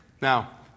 Now